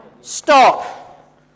stop